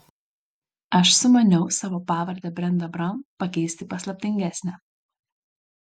aš sumaniau savo pavardę brenda braun pakeisti į paslaptingesnę